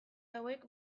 hauek